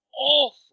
awful